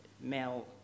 male